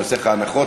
אני עושה לך הנחות,